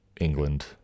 England